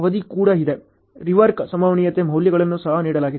rework ಸಂಭವನೀಯತೆ ಮೌಲ್ಯಗಳನ್ನು ಸಹ ನೀಡಲಾಗಿದೆ